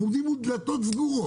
אנחנו עומדים מול דלתות סגורות.